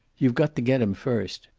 you got to get him first.